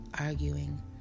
arguing